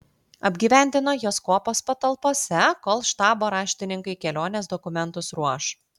apgyvendino juos kuopos patalpose kol štabo raštininkai kelionės dokumentus ruoš